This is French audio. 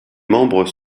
membres